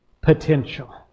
potential